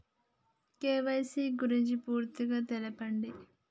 KYC గురించి పూర్తిగా తెలపండి?